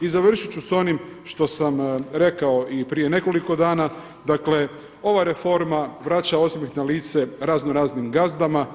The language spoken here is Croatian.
I završit ću s onim što sam rekao i prije nekoliko dana, dakle, ova reforma vraća osmijeh na lice raznoraznim gazdama,